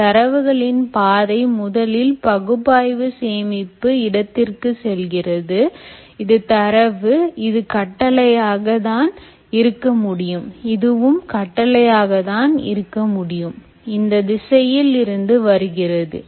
இந்த தரவுகளின் பாதை முதலில் பகுப்பாய்வு சேமிப்பு இடத்திற்கு செல்கிறது இது தரவு இது கட்டளையாக தான் இருக்க முடியும் இதுவும் கட்டளையாக தான் இருக்க முடியும் இந்த திசையில் இருந்து வருகிறது